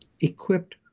equipped